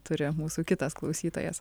turi mūsų kitas klausytojas